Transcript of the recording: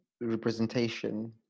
representation